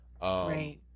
right